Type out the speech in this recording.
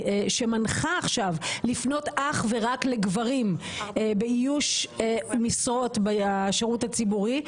שמנחה עכשיו לפנות אך ורק לגברים באיוש משרות בשירות הציבורי,